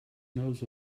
knows